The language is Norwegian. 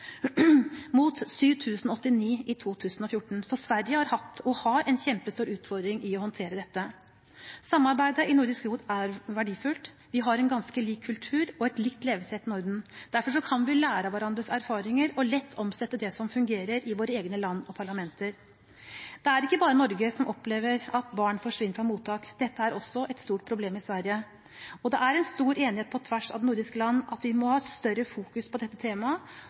mot 7 089 i 2014. Så Sverige har hatt og har en kjempestor utfordring med å håndtere dette. Samarbeidet i Nordisk råd er verdifullt, vi har en ganske lik kultur og et likt levesett i Norden. Derfor kan vi lære av hverandres erfaringer og lett omsette det som fungerer, i våre egne land og parlamenter. Det er ikke bare Norge som opplever at barn forsvinner fra mottak. Dette er også et stort problem i Sverige, og det er en stor enighet på tvers av de nordiske land at vi må ha et større fokus på dette temaet